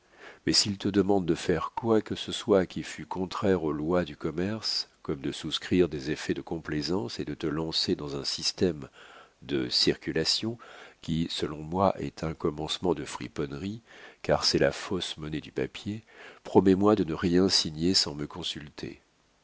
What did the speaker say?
mais s'il te demandait de faire quoi que ce soit qui fût contraire aux lois du commerce comme de souscrire des effets de complaisance et de te lancer dans un système de circulations qui selon moi est un commencement de friponnerie car c'est la fausse monnaie du papier promets-moi de ne rien signer sans me consulter